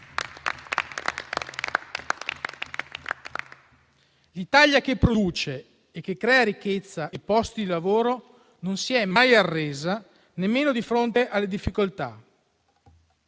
L'Italia che produce e che crea ricchezza e posti di lavoro non si è mai arresa, nemmeno di fronte alle difficoltà.